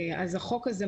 אז החוק הזה,